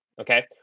Okay